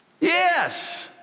Yes